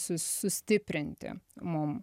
su sustiprinti mum